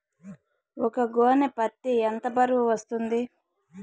ఒక గోనె పత్తి ఎంత బరువు వస్తుంది?